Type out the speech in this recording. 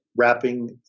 Wrapping